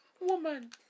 woman